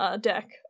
deck